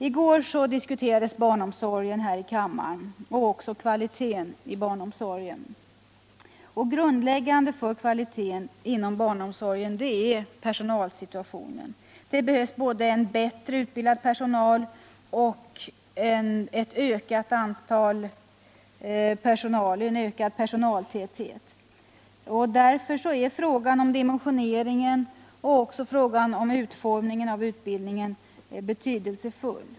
I går diskuterades barnomsorgen här i kammaren liksom också kvaliteten på den. Grundläggande för kvaliteten på barnomsorgen är personalsituationen. Det behövs både bättre utbildad personal och ökad personaltäthet. Därför är frågan om dimensioneringen och utformningen av utbildningen betydelsefull.